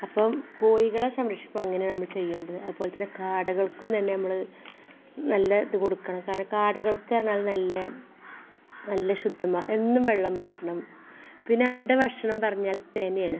അപ്പം കോഴികളെ സംരക്ഷിക്കാൻ അങ്ങനെ നമ്മൾ ചെയ്യേണ്ടത് അതുപോലെ തന്നെ കാടകൾക്കും തന്നെ നമ്മൾ നല്ല ഇത് കൊടുക്കണം കാരണം കാടകൾക്ക് അത് നല്ല നല്ല ശുദ്ധമായ എന്നും വെള്ളം മാറ്റണം പിന്നെ അവരുടെ ഭക്ഷണം പറഞ്ഞാൽ തെനെയാണ്